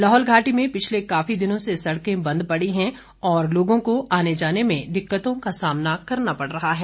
लाहौल घाटी में पिछले काफी दिनों से सड़कें बंद पड़ी हैं और लोगों को आने जाने में दिक्कतों का सामना करना पड़ रहा है